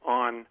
on